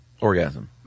Orgasm